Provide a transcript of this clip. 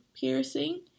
piercing